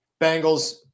Bengals